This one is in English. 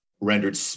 rendered